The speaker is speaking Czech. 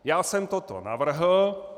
Já jsem toto navrhl.